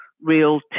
real